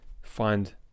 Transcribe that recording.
find